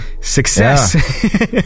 success